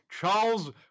charles